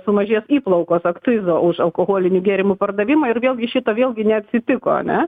sumažės įplaukos akcizo už alkoholinių gėrimų pardavimą ir vėlgi šito vėlgi neatsitiko ane